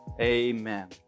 Amen